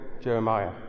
Jeremiah